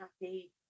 happy